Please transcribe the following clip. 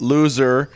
Loser